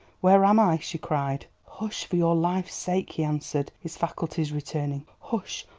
where am i? she cried. hush, for your life's sake! he answered, his faculties returning. hush!